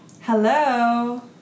hello